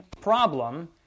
problem